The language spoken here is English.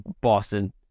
Boston